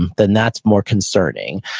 and then that's more concerning.